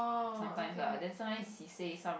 sometimes lah but then sometimes he says some